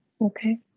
Okay